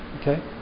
Okay